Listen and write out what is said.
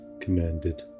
commanded